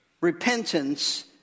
repentance